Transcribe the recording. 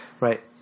right